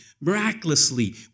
miraculously